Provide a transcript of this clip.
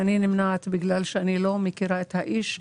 אני נמנעת מכיוון שאני לא מכירה את האיש.